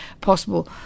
possible